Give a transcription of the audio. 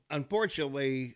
unfortunately